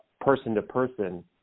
person-to-person